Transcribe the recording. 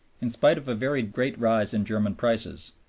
in spite of a very great rise in german prices,